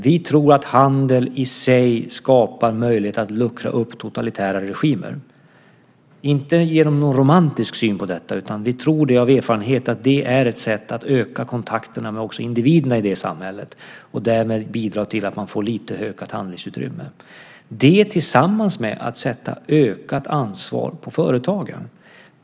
Vi tror att handel i sig skapar möjlighet att luckra upp totalitära regimer. Vi har inte någon romantisk syn på detta, utan vi tror av erfarenhet att det är ett sätt att öka kontakterna också med individerna i det samhället och därmed bidra till att man får lite ökat handlingsutrymme. Det görs i kombination med att det läggs ett ökat ansvar på företagen.